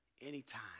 Anytime